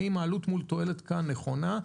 האם העלות מול התועלת כאן נכונה?